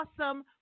awesome